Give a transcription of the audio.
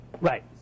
Right